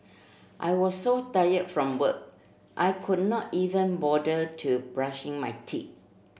I was so tired from work I could not even bother to brushing my teeth